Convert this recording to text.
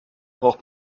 braucht